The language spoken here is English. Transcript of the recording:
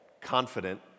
confident